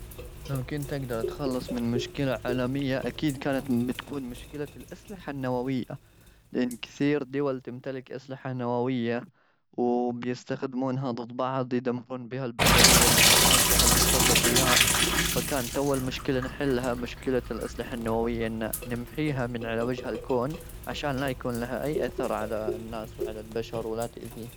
لو كنت أقدر أتخلص من مشكلة عالمية، أكيد كانت بتكون مشكلة الأسلحة النووية، لأن كثير دول تمتلك أسلحة نووية، وبيستخدمونها ضد بعض. يدمرون بها البشرية ويقتلون بها البشر الأبرياء. فكانت أول مشكلة نحلها، مشكلة الأسلحة النووية، أنه نمحيها من على وجه الكون؛ عشان لا يكون لها أي أثر على الناس وعلى البشر ولا تأذيهم.